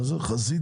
חגית